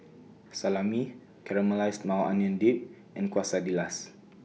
Salami Caramelized Maui Onion Dip and Quesadillas